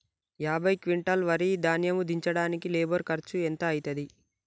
యాభై క్వింటాల్ వరి ధాన్యము దించడానికి లేబర్ ఖర్చు ఎంత అయితది?